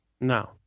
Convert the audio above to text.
No